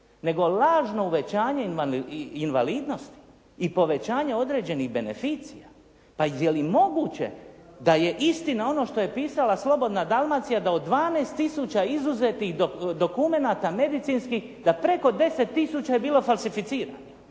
nego lažno uvećanje invalidnosti i povećanje određenih beneficija. Pa je li moguće da je istina ono što je pisala Slobodna Dalmacija da od 12000 izuzetih dokumenata medicinskih, da preko 10000 je bilo falsificirano.